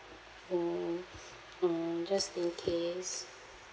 phones mm just in case